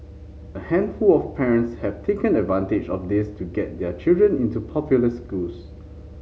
a handful of parents have taken advantage of this to get their children into popular schools